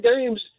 games